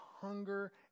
hunger